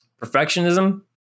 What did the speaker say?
Perfectionism